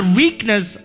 weakness